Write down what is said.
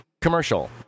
commercial